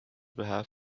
behalf